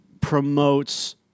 promotes